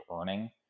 earning